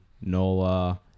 Nola